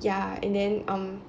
ya and then um